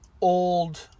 old